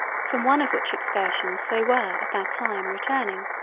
from one of which excursions they were at that time returning.